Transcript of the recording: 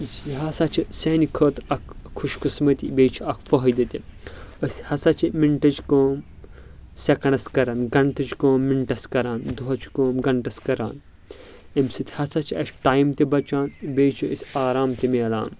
یُس یہِ ہسا چھ سانہِ خأطرٕ اکھ خۄش قٔسمتی بیٚیہِ چھ اکھ فأیِدٕ تہِ أسۍ ہسا چھ مِنٹٕچ کأم سٮ۪کنڈس کران گنٹٕچ کأم مِنٹس کران دۄہٕچۍ کأم گنٹس کران اَمہِ سۭتۍ ہسا چھ اَسہِ ٹایم تہِ بچان بیٚیہِ چھ اَسہِ آرام تہِ مِلان